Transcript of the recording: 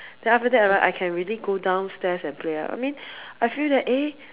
then after that right I can really go downstairs and play lah I mean I feel that eh